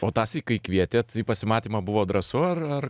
o tąsyk kai kvietėt į pasimatymą buvo drąsu ar ar